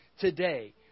today